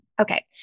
Okay